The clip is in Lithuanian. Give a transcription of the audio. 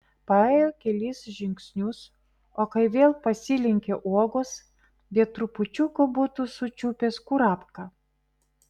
paėjo kelis žingsnius o kai vėl pasilenkė uogos be trupučiuko būtų sučiupęs kurapką